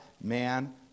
man